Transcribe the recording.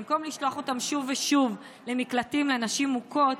במקום לשלוח אותן שוב ושוב למקלטים לנשים מוכות,